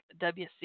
wc